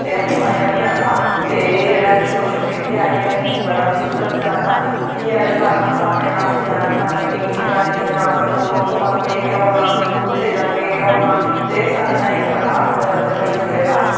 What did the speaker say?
ते असें मज़ा बी आंदा ते एह् जेह्ड़ा सोशल मीडिया एह् असें बड़ा दूर तक पजांदा ऐ ठीक ऐ एह्दे कारण अस अपने आप गी पछान्नी लैन्ने कि इयां इयां अस फोटो पागे एह् होना उत्थें जागे एह् होना ते एह् साढ़े तांई बड़ा मनोंरंजन बनी चुक्के दा